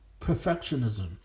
perfectionism